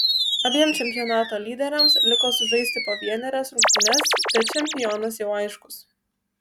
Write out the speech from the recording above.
abiem čempionato lyderiams liko sužaisti po vienerias rungtynes bet čempionas jau aiškus